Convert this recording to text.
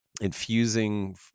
Infusing